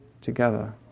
together